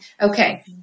Okay